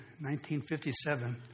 1957